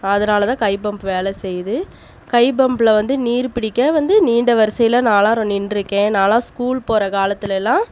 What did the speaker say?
அதனாலதான் கை பம்ப் வேலை செய்து கை பம்ப்பில் வந்து நீர் பிடிக்க வந்து நீண்ட வரிசையில் நான்லாம் நின்றிருக்கேன் நான்லாம் ஸ்கூல் போகிற காலத்திலேலாம்